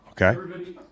Okay